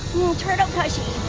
turtle tushy.